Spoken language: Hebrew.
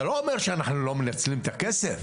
זה לא אומר שאנחנו לא מנצלים את הכסף,